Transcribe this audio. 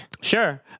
Sure